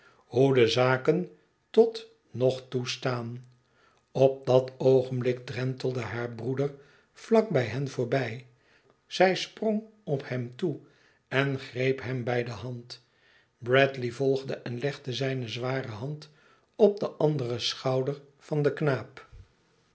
de zaken tot nog toe staan op dat oogenblik drentelde haar broeder vlak bij hen voorbij zij sprong op hem toe en greep hem bij de hand bradiey volgde en legde zijne zware hand op den anderen schouder van den knaap